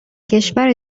کشور